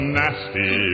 nasty